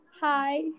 Hi